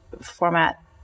format